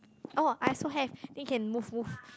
oh I also have then you can move move